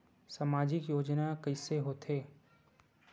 सामजिक योजना कइसे होथे?